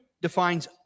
defines